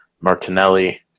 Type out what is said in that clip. Martinelli